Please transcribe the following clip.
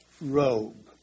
robe